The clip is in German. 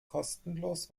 kostenlos